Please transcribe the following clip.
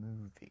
movie